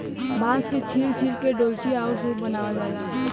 बांस के छील छील के डोल्ची आउर सूप बनावल जाला